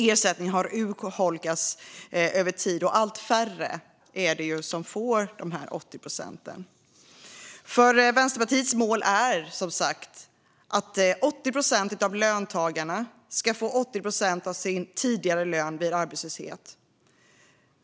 Ersättningen har urholkats över tid, och allt färre får dessa 80 procent. Vänsterpartiets mål är som sagt att 80 procent av löntagarna ska få 80 procent av sin tidigare lön vid arbetslöshet.